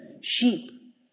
sheep